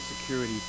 security